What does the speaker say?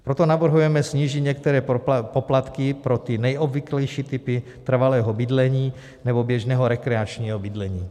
Proto navrhujeme snížit některé poplatky pro ty nejobvyklejší typy trvalého bydlení nebo běžného rekreačního bydlení.